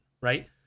right